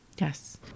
Yes